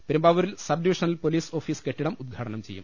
പെരുമ്പാവൂരിൽ subdivisional police office കെട്ടിടം ഉദ്ഘാടനം ചെയ്യും